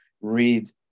read